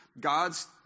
God's